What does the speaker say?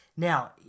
Now